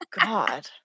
God